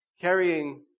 carrying